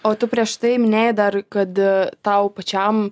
o tu prieš tai minėjai dar kad tau pačiam